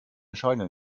scheine